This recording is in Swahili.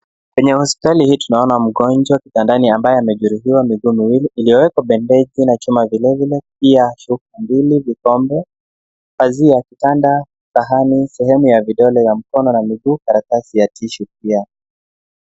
Kwenye hospitali hii tunaona mgonjwa kitandani ambaye amejeruhiwa miguu miwili iliyowekwa bendeji na chuma vile vile pia shuka mbili, vikombe, pazia ya kitanda, sahani, sehemu ya vidole vya mkono na miguu, karatasi ya tissue pia.